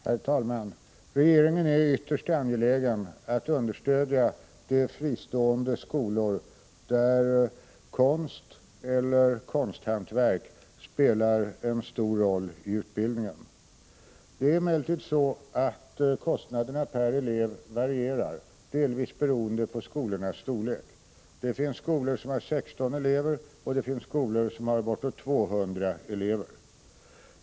Herr talman! Regeringen är ytterst angelägen om att understödja de fristående skolor där konst eller konsthantverk spelar en stor roll i utbildningen. Det är emellertid så att kostnaderna per elev varierar, delvis beroende på skolornas storlek. Det finns skolor som har 16 elever och skolor som har bortåt 200 elever.